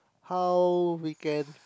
how we can